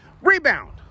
Rebound